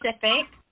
Pacific